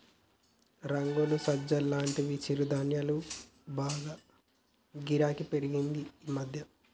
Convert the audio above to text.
రాగులు, సజ్జలు లాంటి చిరుధాన్యాలకు బాగా గిరాకీ పెరిగింది ఈ మధ్యన